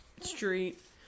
street